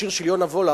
השיר של יונה וולך,